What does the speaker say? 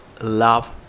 love